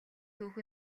түүх